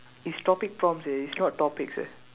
it's topic prompts eh it's not topics leh